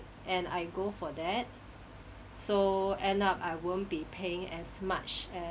and I go for that so end up I won't be paying as much as